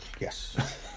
Yes